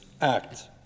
act